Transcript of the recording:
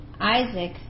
Isaac